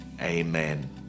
Amen